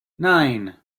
nine